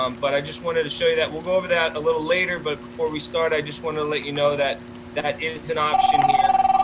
um but i just wanted to show you that. we'll go over that a little later but before we start, i just wanna let you know that that is an option here,